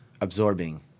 Absorbing